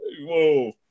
Whoa